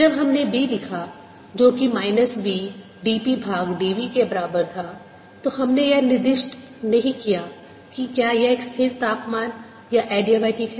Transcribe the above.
जब हमने B लिखा जो कि माइनस v dp भाग dv के बराबर था तो हमने यह निर्दिष्ट नहीं किया कि क्या यह एक स्थिर तापमान या एडियाबेटिक है